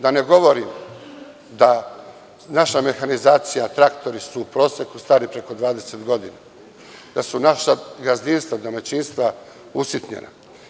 Da ne govorim da naša mehanizacija i traktori su u proseku stari preko 20 godina, da su naša gazdinstva, domaćinstva usitnjena.